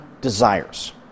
desires